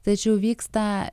tačiau vyksta